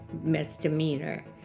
misdemeanor